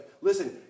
Listen